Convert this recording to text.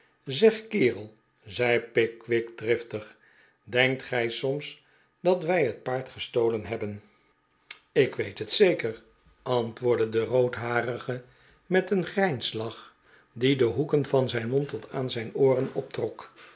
zeg kerel zei pickwick driftig denkt gij soms dat wij het paard gestolen hebben aankomst op ma no r f a r m ik weet het zeker antwoordde de roodharige met een grijnslach die de hoeken van zijn mond tot aan zijn ooren